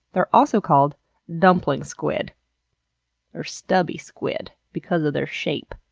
they're also called dumpling squid or stubby squid because of their shape,